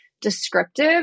descriptive